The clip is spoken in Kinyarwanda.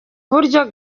buryo